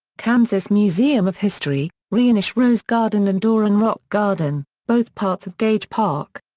kansas museum of history reinisch rose garden and doran rock garden, both parts of gage park.